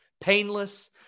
painless